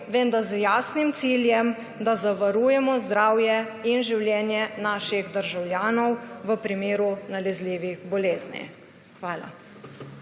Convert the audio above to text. vendar z jasnim ciljem, da zavarujemo zdravje in življenje naših državljanov v primeru nalezljivih bolezni. Hvala.